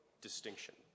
distinction